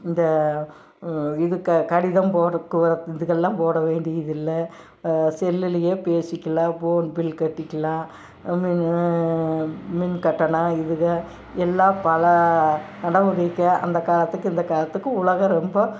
இந்த இது க கடிதம் போடுறக்கு இதெகலாம் போட வேண்டியதில்லை செல்லுலேயே பேசிக்கலாம் போன் பில் கட்டிக்கலாம் மின் கட்டணம் இதுக எல்லா பல நடமுறைகளை அந்த காலத்துக்கும் இந்த காலத்துக்கும் உலகம் ரொம்ப